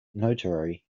notary